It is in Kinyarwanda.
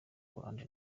hollande